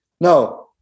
no